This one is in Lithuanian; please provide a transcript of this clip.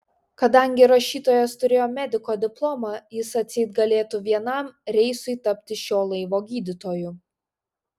kadangi rašytojas turėjo mediko diplomą jis atseit galėtų vienam reisui tapti šio laivo gydytoju